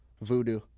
Voodoo